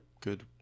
good